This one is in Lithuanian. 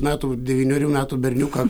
metų devynerių metų berniuką